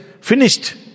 finished